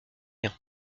rien